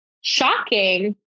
shocking